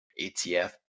ATF